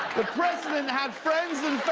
president has friends and